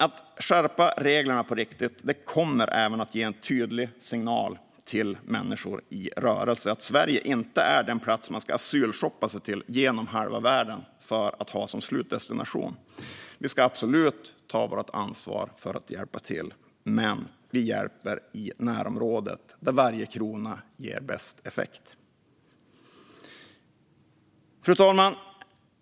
Att skärpa reglerna på riktigt kommer även att ge en tydlig signal till människor i rörelse om att Sverige inte är en plats man ska asylshoppa sig till genom halva världen och ha som slutdestination. Vi ska absolut ta vårt ansvar för att hjälpa till, men vi hjälper i närområdet där varje krona ger bäst effekt. Fru talman!